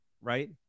right